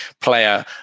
player